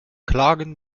klagen